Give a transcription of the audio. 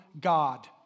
God